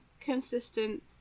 consistent